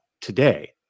today